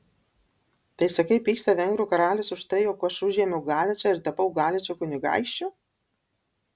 tai sakai pyksta vengrų karalius už tai jog aš užėmiau galičą ir tapau galičo kunigaikščiu